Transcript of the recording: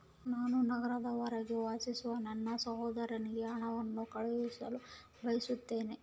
ನಾನು ನಗರದ ಹೊರಗೆ ವಾಸಿಸುವ ನನ್ನ ಸಹೋದರನಿಗೆ ಹಣವನ್ನು ಕಳುಹಿಸಲು ಬಯಸುತ್ತೇನೆ